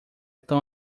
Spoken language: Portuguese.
tão